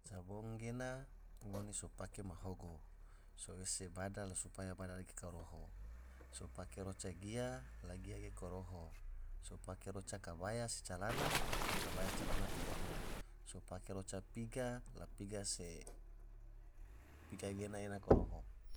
Sabong gena ngone so pake mahogo so ese bada la bada ge koroho, so pake roca gia la gia ge koroho, sopake roca kabaya se calana la kabaya se calana koroho, so pake roca piga la piga ge ena koroho.